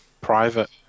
private